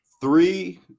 three